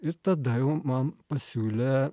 ir tada jau man pasiūlė